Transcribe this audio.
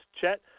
Chet